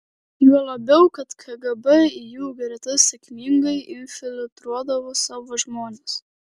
juo labiau kad kgb į jų gretas sėkmingai infiltruodavo savo žmones